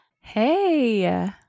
Hey